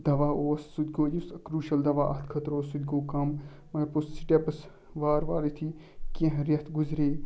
دَوا اوس سُہ تہِ گوٚو یُس کرٛوٗشَل دَوا اَتھ خٲطرٕ اوس سُہ تہِ گوٚو کَم مگر پوٚس سِٹیٚپٕس وارٕ وارٕ یُتھے کیٚنٛہہ رٮ۪تھ گُزریے